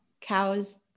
cows